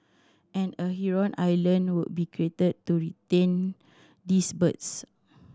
and a heron island will be created to retain these birds